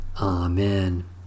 Amen